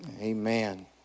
Amen